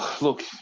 look